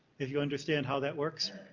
if you understand how that works.